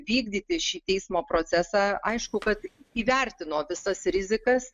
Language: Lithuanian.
vykdyti šį teismo procesą aišku kad įvertino visas rizikas